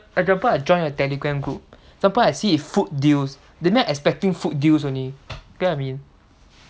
at the part I join the telegram group the part I see is food deals they met expecting food deals only you get what I mean